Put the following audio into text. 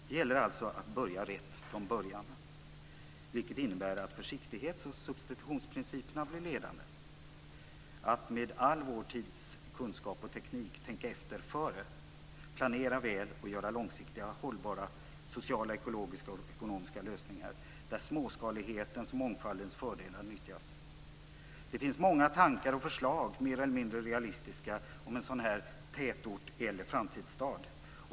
Det gäller alltså att göra rätt från början, vilket innebär att försiktighets och substitutionsprinciperna blir ledande, att - med all vår tids kunskap och teknik - tänka efter före, att planera väl och att göra långsiktigt hållbara, sociala, ekologiska och ekonomiska lösningar där småskalighetens och mångfaldens fördelar nyttjas. Det finns många tankar och förslag, mer eller mindre realistiska, om en sådan här tätort eller framtidsstad.